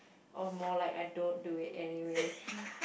or more like I don't do it anyway